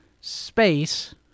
space